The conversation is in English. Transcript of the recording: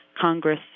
Congress